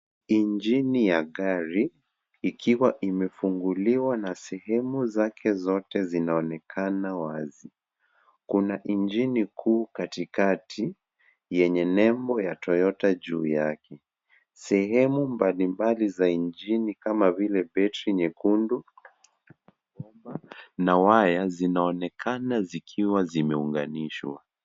Injini ya gari ikiwa imefunguliwa na sehemu zake zote zinaonekana wazi. Kuna injini kuu katikati yenye nembo ya Toyota juu yake. Sehemu mbalimbali za injini kama vile betri nyekundu, bomba na waya zinaonekana zikiwa zimeunganishwa.